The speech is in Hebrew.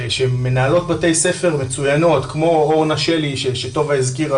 שמנהלות בתי ספר מצוינות כמו אורנה שלי שטובה הזכירה